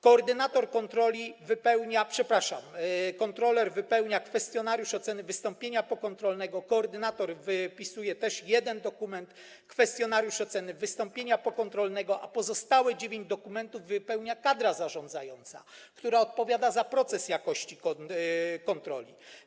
Koordynator kontroli - przepraszam - kontroler wypełnia kwestionariusz oceny wystąpienia pokontrolnego, koordynator wypisuje też jeden dokument: kwestionariusz oceny wystąpienia pokontrolnego, a pozostałe dziewięć dokumentów wypełnia kadra zarządzająca, która odpowiada za proces jakości kontroli.